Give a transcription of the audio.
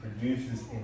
produces